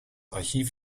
archiv